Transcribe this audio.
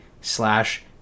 slash